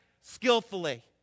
skillfully